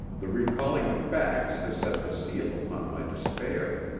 the recalling of facts has set the seal upon my despair.